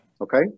Okay